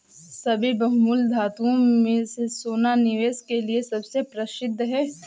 सभी बहुमूल्य धातुओं में से सोना निवेश के लिए सबसे प्रसिद्ध है